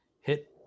hit